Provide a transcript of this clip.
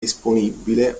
disponibile